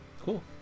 cool